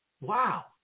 Wow